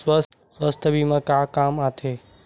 सुवास्थ बीमा का काम आ थे?